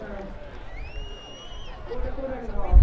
അഹ് കൂടെ കൂടെ ഉണ്ടോ